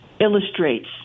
illustrates